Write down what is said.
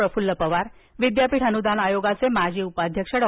प्रफुल्ल पवार विद्यापीठ अनुदान आयोगाचे माजी उपाध्यक्ष डॉ